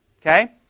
Okay